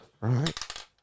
Right